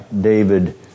David